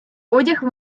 одяг